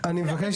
וכדומה.